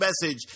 message